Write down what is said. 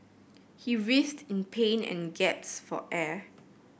he writhed in pain and gasped for air